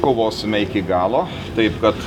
kovosime iki galo taip kad